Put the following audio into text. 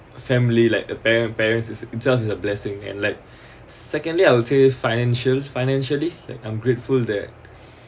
family like a parent parents is itself is a blessing and like secondly I will say financial financially I'm grateful that